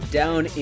down